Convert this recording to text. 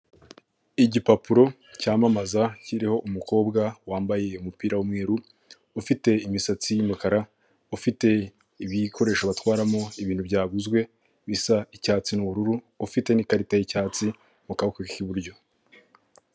Igipapuro cyamamaza kiriho umukobwa wambaye umupira w'umweru ufite imisatsi y'umukara ufite ibikoresho batwaramo ibintu byaguzwe bisa icyatsi n'ubururu ufite n'ikarita y'icyatsi mu kaboko k'iburyo.